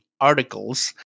articles